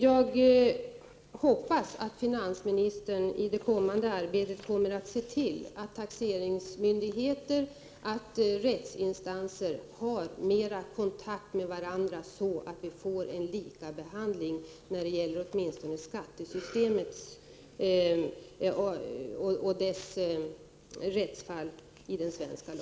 Jag hoppas att finansministern i det kommande arbetet ser till att taxeringsmyndigheter och rättsinstanser har mer kontakt med varandra, så att vi får åtminstone en likabehandling i den svenska lagstiftningen när det gäller skattesystemet och dess rättsfall.